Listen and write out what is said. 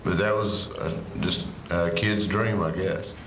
that was just a kid's dream i guess.